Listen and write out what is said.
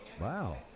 Wow